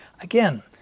Again